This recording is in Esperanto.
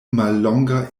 mallonga